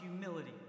humility